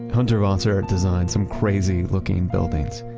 hundertwasser designed some crazy looking buildings.